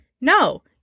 No